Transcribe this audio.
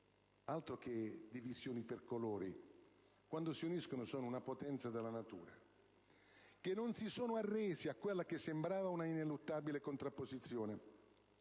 (altro che divisioni per colori: quando si uniscono sono una potenza della natura!), che non si sono arrese a quella che sembrava una ineluttabile contrapposizione.